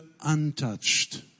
untouched